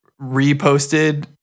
reposted